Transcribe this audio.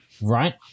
right